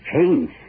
change